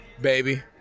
Baby